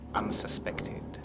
unsuspected